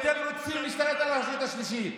אתם רוצים להשתלט על הרשות השלישית.